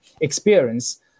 experience